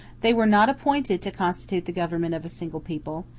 they were not appointed to constitute the government of a single people,